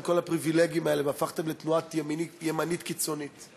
כל הפריבילגים האלה והפכתם לתנועה ימנית קיצונית,